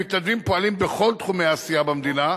המתנדבים פועלים בכל תחומי העשייה במדינה,